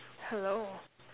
hello